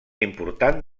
important